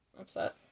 upset